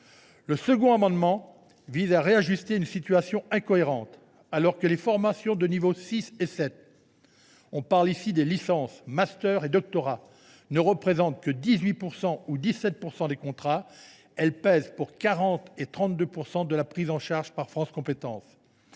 Le second amendement vise à réajuster une situation incohérente : alors que les formations de niveau 6 et 7 – licence, master et doctorat – ne représentent respectivement que 18 % et 17 % des contrats, elles pèsent pour 40 % et 32 % de la prise en charge par France Compétences.